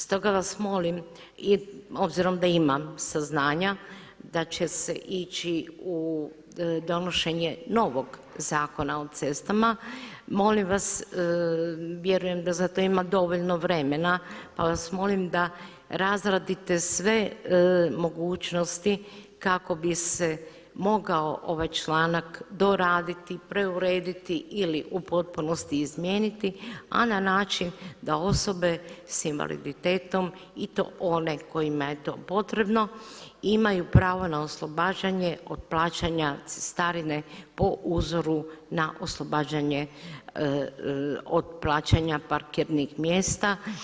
Stoga vas molim obzirom da imam saznanja da će se ići u donošenje novog Zakona o cestama, molim vas vjerujem da za to ima dovoljno vremena pa vas molim da razradite sve mogućnosti kako bi se mogao ovaj članak doraditi, preurediti ili u potpunosti izmijeniti a na način da osobe sa invaliditetom i to one kojima je to potrebno imaju pravo na oslobađanje od plaćanja cestarine po uzoru na oslobađanje od plaćanja parkirnih mjesta.